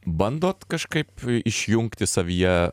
bandot kažkaip išjungti savyje